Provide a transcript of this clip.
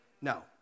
No